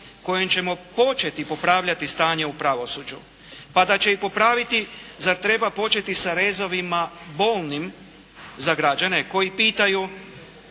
kojom ćemo početi popravljati stanje u pravosuđu. Pa da će i popraviti, zar treba početi sa rezovima bolnim za građane koji pitaju,